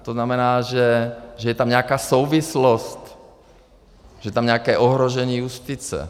To znamená, že je tam nějaká souvislost, že je tam nějaké ohrožení justice.